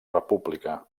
república